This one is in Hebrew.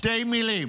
שתי מילים,